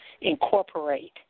incorporate